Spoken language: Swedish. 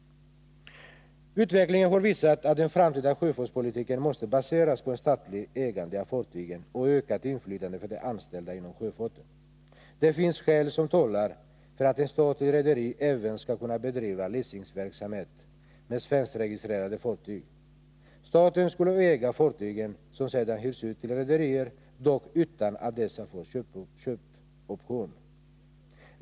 Utvecklingen har visat att den framtida sjöfartspolitiken måste baseras på ett statligt ägande av fartygen och ökat inflytande för de anställda inom sjöfarten. Det finns skäl som talar för att ett statligt rederi även skall kunna bedriva leasingverksamhet med svenskregistrerade fartyg. Staten skulle då äga fartygen, som sedan hyrs ut till rederier, dock utan att dessa får köpoption.